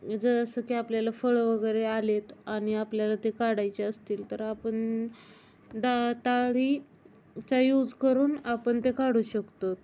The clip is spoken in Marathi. जसं की आपल्याला फळं वगैरे आलेत आणि आपल्याला ते काढायचे असतील तर आपण दा ताळीचा यूज करून आपण ते काढू शकतो